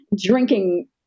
drinking